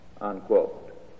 unquote